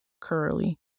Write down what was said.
curly